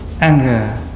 anger